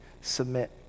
submit